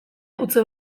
utzi